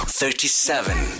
thirty-seven